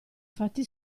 fatti